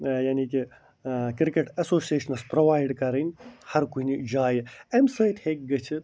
ٲں یعنی کہِ ٲں کِرکٹ ایٚسوسیشنَس پرٛووایڈ کَرٕنۍ ہر کُنہِ جایہِ اَمہِ سۭتۍ ہیٚکہِ گٔژھتھ